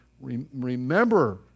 remember